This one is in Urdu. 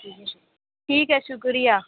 ٹھیک ہے شُکریہ